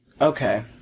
Okay